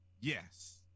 Yes